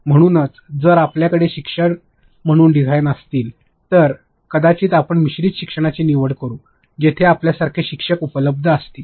म्हणूनच जर आपल्याकडे शिक्षक म्हणून डिझायनर असतील तर कदाचित आपण मिश्रित शिक्षणाची निवड करू शकता जिथे आपल्यासारखे शिक्षक उपलब्ध असतील